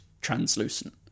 translucent